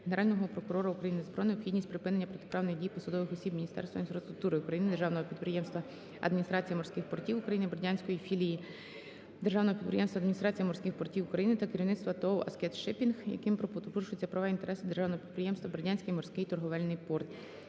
Генерального прокурора України про необхідність припинення протиправних дій посадових осіб Міністерства інфраструктури України, Державного підприємства "Адміністрація морських портів України", Бердянської філії Державного підприємства "Адміністрація морських портів України" та керівництва ТОВ "Аскет Шиппінг", якими порушуються права й інтереси Державного підприємства "Бердянський морський торговельний порт".